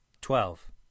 Twelve